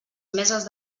meses